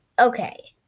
okay